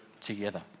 together